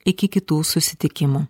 iki kitų susitikimų